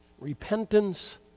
repentance